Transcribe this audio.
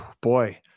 Boy